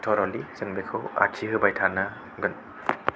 थरलि जों बेखौ आखिहोबाय थानो हागोन